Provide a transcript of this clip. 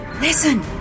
Listen